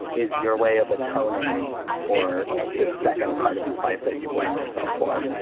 is your way of atoning for the second part of his life that you blame yourself for?